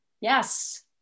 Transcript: Yes